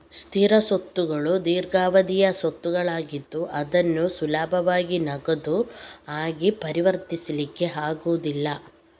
ಸ್ಥಿರ ಸ್ವತ್ತುಗಳು ದೀರ್ಘಾವಧಿಯ ಸ್ವತ್ತುಗಳಾಗಿದ್ದು ಅದನ್ನು ಸುಲಭವಾಗಿ ನಗದು ಆಗಿ ಪರಿವರ್ತಿಸ್ಲಿಕ್ಕೆ ಆಗುದಿಲ್ಲ